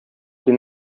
did